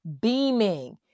beaming